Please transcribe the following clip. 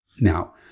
Now